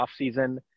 offseason